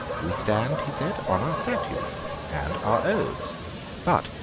we stand, he said, on our statutes and our oaths but,